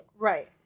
Right